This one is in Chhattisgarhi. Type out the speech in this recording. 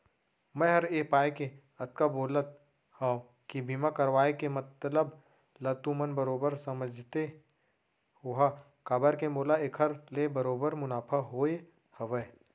मैं हर ए पाय के अतका बोलत हँव कि बीमा करवाय के मतलब ल तुमन बरोबर समझते होहा काबर के मोला एखर ले बरोबर मुनाफा होय हवय